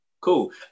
Cool